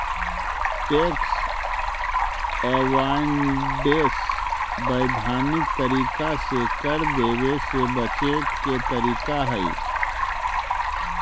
tax avoidance वैधानिक तरीका से कर देवे से बचे के तरीका हई